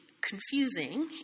confusing